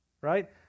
right